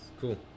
cool